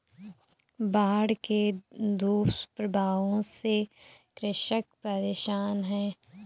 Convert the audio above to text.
बाढ़ के दुष्प्रभावों से कृषक परेशान है